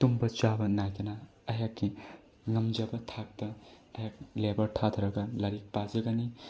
ꯇꯨꯝꯕ ꯆꯥꯕ ꯅꯥꯏꯗꯅ ꯑꯩꯍꯥꯛꯀꯤ ꯉꯝꯖꯕ ꯊꯥꯛꯇ ꯑꯩꯍꯥꯛ ꯂꯦꯕꯔ ꯊꯥꯗꯔꯒ ꯂꯥꯏꯔꯤꯛ ꯄꯥꯖꯒꯅꯤ